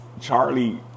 charlie